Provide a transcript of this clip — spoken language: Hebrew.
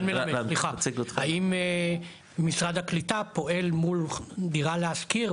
האם משרד הקליטה פועל מול דירה להשכיר,